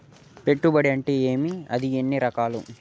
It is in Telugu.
పెట్టుబడి అంటే ఏమి అది ఎన్ని రకాలు